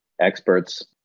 experts